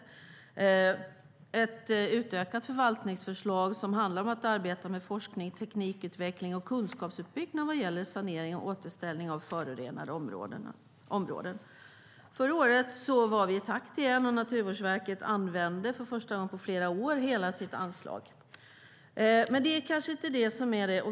Det är fråga om ett utökat förvaltningsförslag som handlar om att arbeta med forskning, teknikutveckling och kunskapsutbyggnad vad gäller sanering och återställning av förorenade områden. Förra året var vi i takt igen, och Naturvårdsverket använde för första gången på flera år hela sitt anslag.